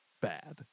bad